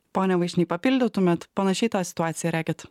pone vaišny papildytumėt panašiai tą situaciją regit